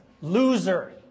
loser